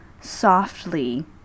softly